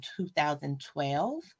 2012